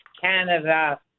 Canada